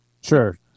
Sure